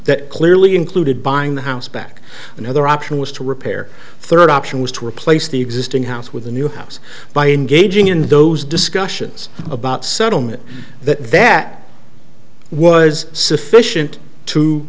that clearly included buying the house back another option was to repair third option was to replace the existing house with a new house by engaging in those discussions about settlement that that was sufficient to